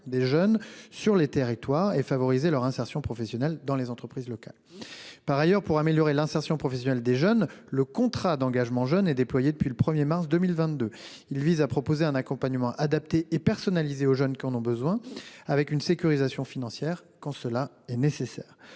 des jeunes sur les territoires et favoriser leur insertion dans les entreprises locales. Par ailleurs, pour améliorer l'insertion professionnelle des jeunes, le contrat d'engagement jeune est déployé depuis le 1 mars 2022. Il vise à proposer un accompagnement adapté et personnalisé aux jeunes qui en ont besoin, avec une sécurisation financière quand cela est nécessaire.